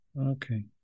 Okay